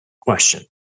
question